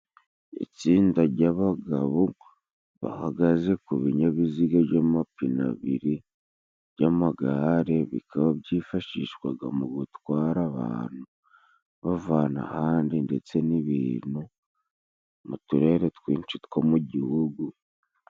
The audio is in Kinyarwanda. Itsinda ry'abagabo bahagaze ku binyabiziga by'amapine abiri y'amagare. Bikaba byifashishwaga mu gutwara abantu, bavana ahandi ndetse n'ibintu mu turere twinshi two mu gihugu.